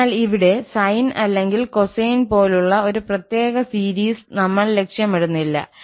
അതിനാൽ ഇവിടെ സൈൻ അല്ലെങ്കിൽ കൊസൈൻ പോലുള്ള ഒരു പ്രത്യേക സീരീസ് നമ്മൾ ലക്ഷ്യമിടുന്നില്ല